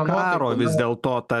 karo vis dėlto ta